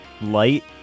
light